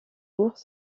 cours